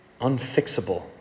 unfixable